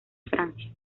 francia